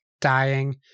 dying